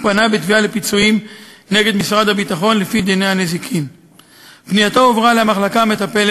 פנה למשרד הביטחון לעניין האפשרות להכיר באירוע כפעולת